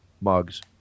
mugs